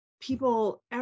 people